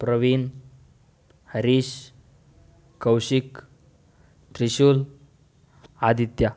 Praveen Harish Kaushik Trishul Aditya